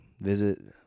visit